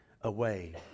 away